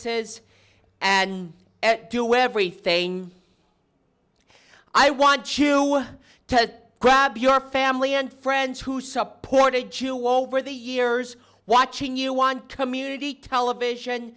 forces and do everything i want you to grab your family and friends who supported jew all over the years watching you want community television